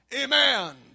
Amen